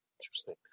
interesting